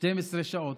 12 שעות.